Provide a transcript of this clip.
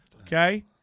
Okay